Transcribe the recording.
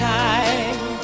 time